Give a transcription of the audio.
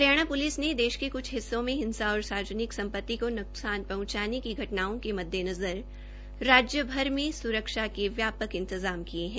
Haryana police ने देश के क्छ हिस्सों से हिंसा और सार्वजनिक संपत्ति को न्कसान पहंचाने की घटनाओं के मद्देनजर राज्य भर में सुरक्षा के व्यापक इंतजाम किए हैं